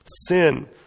Sin